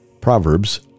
proverbs